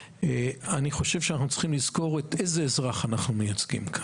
אני חושב שאנחנו צריכים לזכור איזה אזרח אנחנו מייצגים כאן.